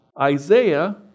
Isaiah